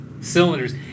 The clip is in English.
cylinders